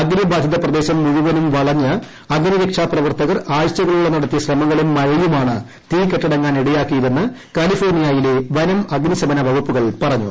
അഗ്നിബാധിത പ്രദേശം മുഴുവനും വളഞ്ഞ് അഗ്നി രക്ഷാപ്രവർത്തകർ ആഴ്ചകളോളം നടത്തിയ ശ്രമങ്ങളും മഴയുമാണ് തീ കെട്ടടങ്ങാൻ ഇടയാക്കിയതെന്ന് കാലിഫോർണയയിലെ വനം അഗ്നിശമനാ വകുപ്പുകൾ പറഞ്ഞു